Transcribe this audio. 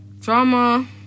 drama